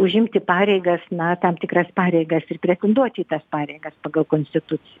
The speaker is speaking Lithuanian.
užimti pareigas na tam tikras pareigas ir pretenduoti į tas pareigas pagal konstituciją